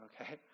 Okay